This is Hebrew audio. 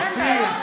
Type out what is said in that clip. רגע, הצבעה.